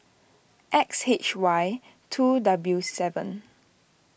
X H Y two W seven